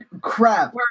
crap